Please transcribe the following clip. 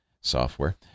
software